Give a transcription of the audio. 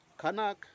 Kanak